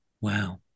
Wow